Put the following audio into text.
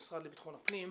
המשרד לביטחון הפנים.